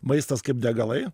maistas kaip degalai